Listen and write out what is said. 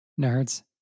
Nerds